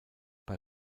bei